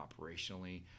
operationally